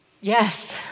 Yes